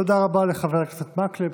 תודה רבה לחבר הכנסת מקלב.